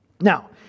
Now